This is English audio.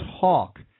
talk